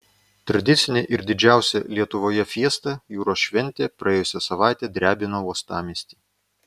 tradicinė ir didžiausia lietuvoje fiesta jūros šventė praėjusią savaitę drebino uostamiestį